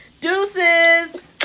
Deuces